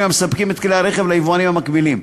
המספקים את כלי הרכב ליבואנים המקבילים.